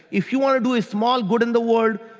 if you want to do a small good in the world,